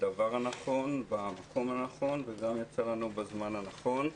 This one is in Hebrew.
זה הדבר הנכון, במקום הנכון וגם בזמן הנכון.